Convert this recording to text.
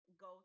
go